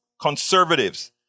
conservatives